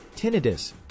Tinnitus